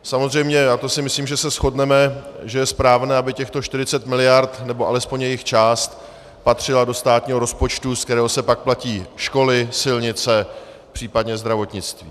Samozřejmě, a to si myslím, že se shodneme, je správné, aby těchto 40 miliard, nebo alespoň jejich část, patřilo do státního rozpočtu, ze kterého se pak platí školy, silnice, případně zdravotnictví.